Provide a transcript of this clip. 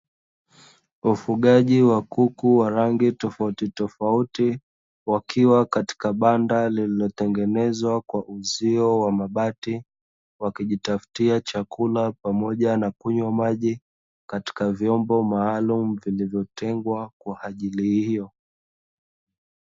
Ufugaji wa kuku wa rangi tofautitofauti, wakiwa katika banda lililotengenezwa kwa uzio wa mabati, wakijitafutia chakula pamoja na kunywa maji katika vyombo maalumu vilizotengwa kwa ajili hiyo.